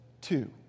two